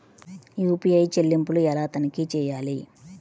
UPI చెల్లింపులు ఎలా తనిఖీ చేయాలి?